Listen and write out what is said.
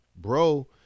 bro